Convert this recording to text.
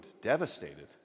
devastated